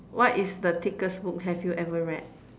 what is the thickest book have you ever read